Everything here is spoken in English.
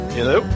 Hello